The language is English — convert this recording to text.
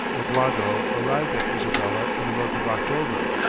aguado arrived at isabella in the month of october,